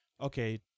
okay